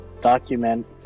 document